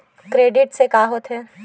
Credit से का होथे?